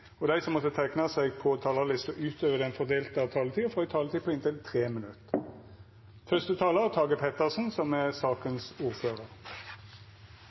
og dei som måtte teikna seg på talarlista utover den fordelte taletida, får ei taletid på inntil 3 minutt.